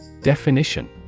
Definition